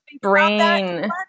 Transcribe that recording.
brain